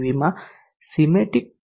પીવીમાં Semitic